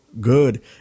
good